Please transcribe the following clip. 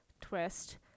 twist